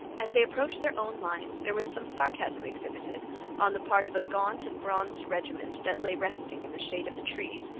as they approached their own lines there was some sarcasm exhibited on the part of a gaunt and bronzed regiment that lay resting in the shade of the trees.